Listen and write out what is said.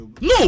no